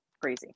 crazy